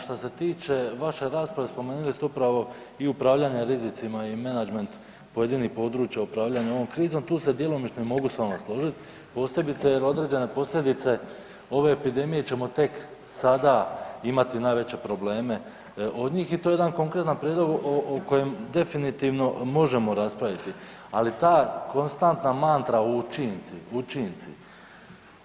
Što se tiče vaše rasprave, spomenuli ste upravo i upravljanje rizicima i menadžment pojedinih područja ovom krizom, tu se djelomično mogu s vama složit, posebice jer određene posljedice ove epidemije ćemo tek sada imati najveće probleme od njih i to je jedan konkretan prijedlog o kojem definitivno možemo raspraviti ali ta konstantna mantra „učinci, učinci“